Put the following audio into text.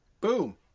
Boom